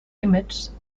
images